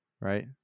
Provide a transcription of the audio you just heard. right